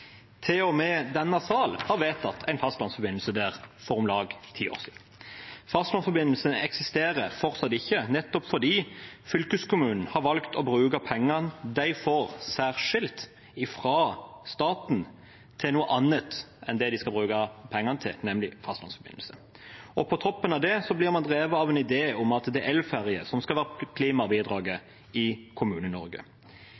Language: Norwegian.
denne sal har vedtatt en fastlandsforbindelse der, for om lag ti år siden. Fastlandsforbindelsen eksisterer fortsatt ikke nettopp fordi fylkeskommunen har valgt å bruke pengene de får særskilt fra staten, til noe annet enn det de skal bruke pengene til, nemlig fastlandsforbindelse. På toppen av det blir man drevet av en idé om at det er elferge som skal være